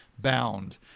bound